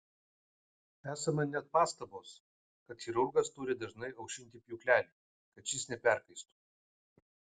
esama net pastabos kad chirurgas turi dažnai aušinti pjūklelį kad šis neperkaistų